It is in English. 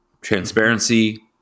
transparency